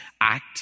Act